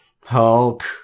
Hulk